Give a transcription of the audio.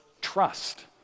trust